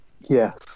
Yes